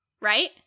Right